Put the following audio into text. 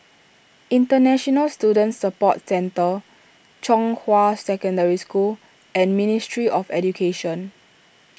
International Student Support Centre Zhonghua Secondary School and Ministry of Education